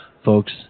Folks